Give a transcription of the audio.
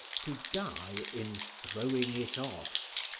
to die in throwing it off.